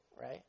right